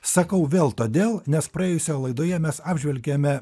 sakau vėl todėl nes praėjusioje laidoje mes apžvelgėme